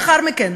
לאחר מכן